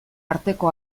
arteko